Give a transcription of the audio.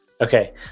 Okay